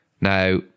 Now